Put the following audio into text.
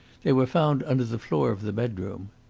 they were found under the floor of the bedroom.